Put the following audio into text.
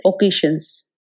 occasions